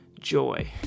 joy